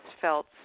felt